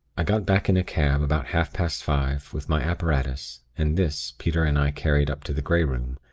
i got back in a cab, about half-past five, with my apparatus, and this, peter and i carried up to the grey room,